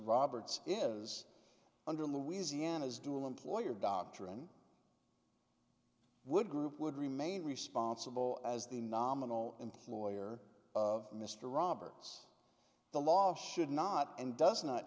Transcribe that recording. roberts is under louisiana's dual employer doctrine would group would remain responsible as the nominal employer of mr roberts the law should not and does not